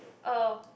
oh